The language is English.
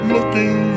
Looking